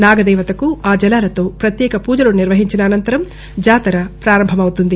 నాగదేవతకు ఆ జలాలతో ప్రత్యేక పూజలు నిర్వహించిన అనంతరం జాతర ప్రారంభం అవుతుంది